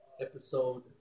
episode